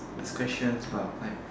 this question is about like